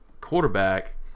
quarterback